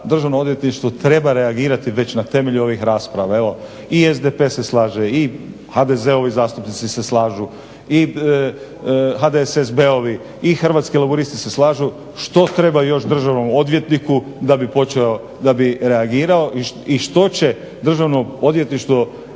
državno odvjetništvo treba reagirati već na temelju ovih rasprava. Evo i SDP se slaže i HDZ-ovi zastupnici se slažu i HDSSB-ovi i Hrvatski laburisti se slažu što treba još državnom odvjetniku da bi reagirao i što će državno odvjetništvo